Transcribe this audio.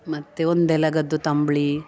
ಮತ್ತು ಒಂದೆಲಗದ್ದು ತಂಬುಳಿ